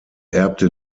erbte